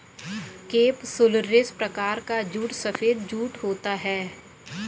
capsularis प्रकार का jute सफेद जूट होता है